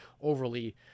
overly